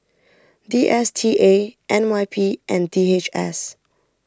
D S T A N Y P and D H S